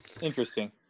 Interesting